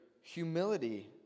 humility